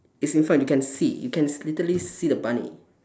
it's in front you can see you can literally see the buy me